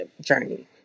journey